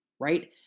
right